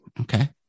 Okay